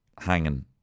Hanging